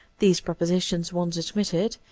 these propositions once admitted,